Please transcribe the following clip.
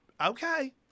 okay